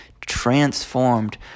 transformed